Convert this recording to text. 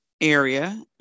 area